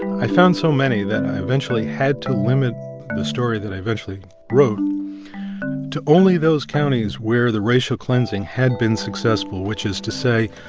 i found so many that i eventually had to limit the story that i eventually wrote to only those counties where the racial cleansing had been successful. which is to say,